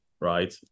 right